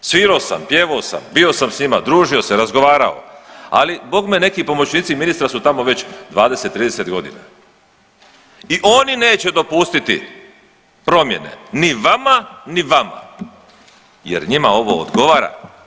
sviro sam, pjevo sam, bio sam s njima, družio se, razgovarao, ali bogme neki pomoćnici ministra su tamo već 20, 30 godina i oni neće dopustiti promjene ni vama, ni vama jer njima ovo odgovara.